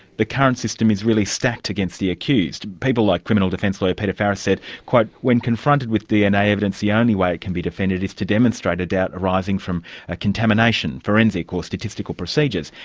the current system is really stacked against the accused'. people like criminal defence lawyer peter farris said when confronted with dna evidence, the only way it can be defended is to demonstrate a doubt arising from a contamination, forensic or statistical procedures',